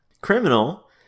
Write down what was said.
Criminal